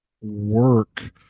work